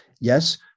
Yes